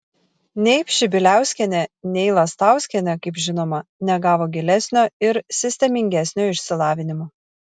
nei pšibiliauskienė nei lastauskienė kaip žinoma negavo gilesnio ir sistemingesnio išsilavinimo